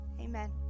Amen